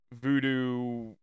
voodoo